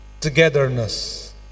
togetherness